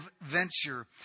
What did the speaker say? venture